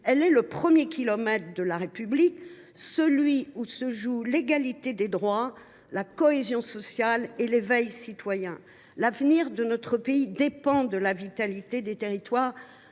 elle est le premier kilomètre de la République, celui où se joue l’égalité des droits, la cohésion sociale et l’éveil citoyen. L’avenir de notre pays dépend de la vitalité des territoires,